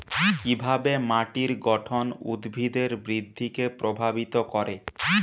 কিভাবে মাটির গঠন উদ্ভিদের বৃদ্ধিকে প্রভাবিত করে?